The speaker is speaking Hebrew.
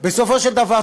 בסופו של דבר,